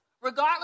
Regardless